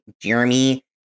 Jeremy